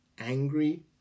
angry